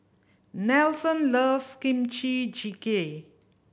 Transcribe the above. Nelson loves Kimchi Jjigae